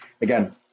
again